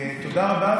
תודה רבה.